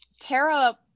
Tara